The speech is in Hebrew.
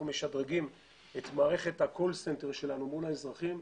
משדרגים את מערכת ה-קול סנטר שלנו מול האזרחים.